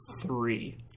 three